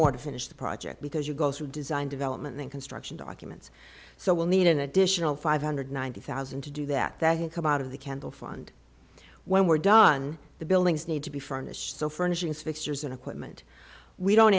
more to finish the project because you go through design development and construction documents so we'll need an additional five hundred ninety thousand to do that that have come out of the candle fund when we're done the buildings need to be furnished so furnishings fixtures and equipment we don't